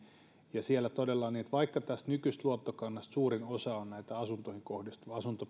siellä todella on niin että vaikka tästä nykyisestä luottokannasta suurin osa on näitä asuntoihin kohdistuvia